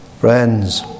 Friends